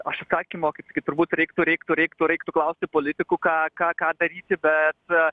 aš atsakymo kaip sakyt turbūt reiktų reiktų reiktų reiktų klausti politikų ką ką ką daryti bet